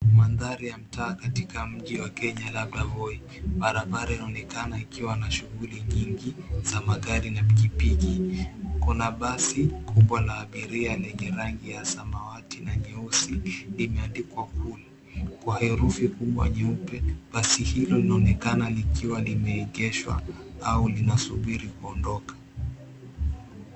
Mandhari ya mtaa katika nchi ya Kenya labda Voi, barabara inaonekana ikiwa na shughuli nyingi za magari na pikipiki. Kuna basi kubwa la abiria lenye rangi samawati na nyeusi limendikwa Cool kwa herufi kubwa nyeupe. Basi hilo linaonekana likiwa limeegeshwa au lina subiri kuondoka.